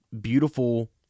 beautiful